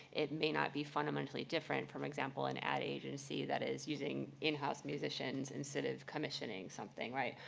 it may not be fundamentally different from example an ad agency that is using in-house musicians, instead of commissioning something, right?